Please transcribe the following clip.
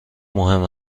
مهم